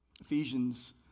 Ephesians